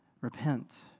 Repent